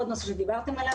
עוד נושא שדיברתם עליו,